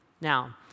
Now